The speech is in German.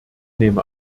nehme